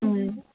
ꯎꯝ